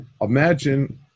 Imagine